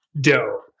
dope